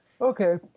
Okay